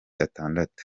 atandatu